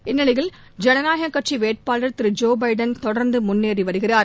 இந்நிலையில் ஐனநாயக கட்சி வேட்பாளர் திரு ஜோ பைடன் தொடர்ந்து முன்னேறி வருகிறார்